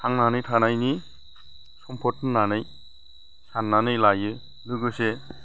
थांनानै थानायनि सम्फद होननानै साननानै लायो लोगोसे